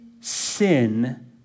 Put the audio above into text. sin